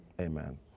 Amen